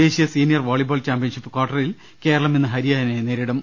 ദേശീയ senior volleyball championship കാർട്ടറിൽ കേരളം ഇന്ന് ഹരിയാനയെ നേരിടും